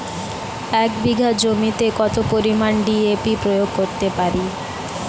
এক বিঘা জমিতে কত পরিমান ডি.এ.পি প্রয়োগ করতে পারি?